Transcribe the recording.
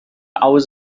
hours